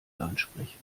ansprechen